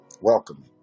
Welcome